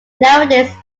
nowadays